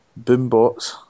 Boombox